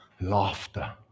laughter